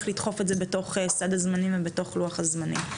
לדחוף את זה בתוך סד הזמנים ובתוך לוח הזמנים,